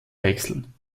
wechseln